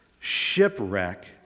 shipwreck